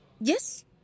yes